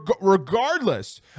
regardless